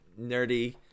nerdy